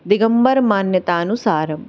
दिगम्बरमान्यतानुसारं